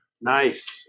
Nice